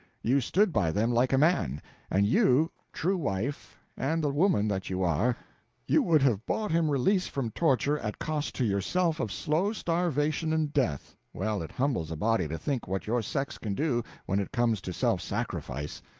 you stood by them like a man and you true wife and the woman that you are you would have bought him release from torture at cost to yourself of slow starvation and death well, it humbles a body to think what your sex can do when it comes to self-sacrifice.